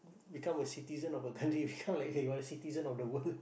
become a citizen of a country if cannot like hey citizen of the world